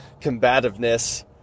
Combativeness